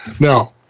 Now